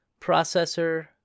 processor